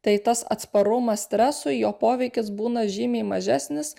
tai tas atsparumas stresui jo poveikis būna žymiai mažesnis